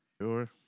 Sure